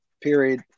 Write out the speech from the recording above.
period